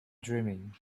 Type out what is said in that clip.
dreaming